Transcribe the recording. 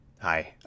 Hi